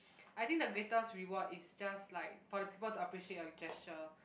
I think the greatest reward is just like for the people to appreciate your gesture